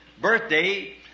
birthday